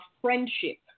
friendship